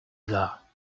gars